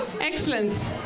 Excellent